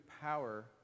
power